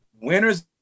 Winners